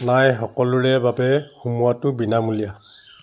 নাই সকলোৰে বাবে সোমোৱাটো বিনামূলীয়া